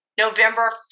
November